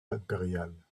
impériale